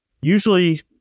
usually